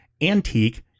antique